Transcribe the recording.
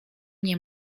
nie